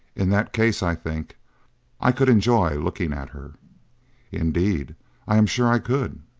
in that case i think i could enjoy looking at her indeed i am sure i could,